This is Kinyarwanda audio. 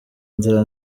nzira